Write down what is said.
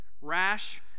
rash